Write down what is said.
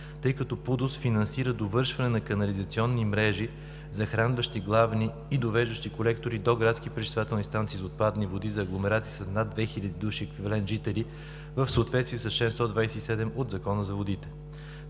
тъй като ПУДООС финансира довършване на канализационни мрежи, захранващи главни и довеждащи колектори до градски пречиствателни станции за отпадни води за агломерации с над 2 хиляди души еквивалент жители в съответствие с чл. 127 от Закона за водите.